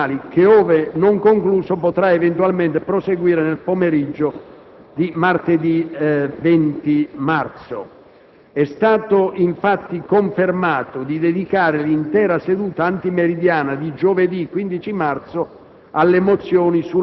e internazionali che, ove non concluso, potrà eventualmente proseguire nel pomeriggio di martedì 20 marzo. È stato infatti confermato di dedicare l'intera seduta antimeridiana di giovedì 15 marzo